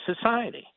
society